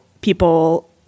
people